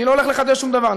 אני לא הולך לחדש שום דבר,